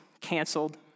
canceled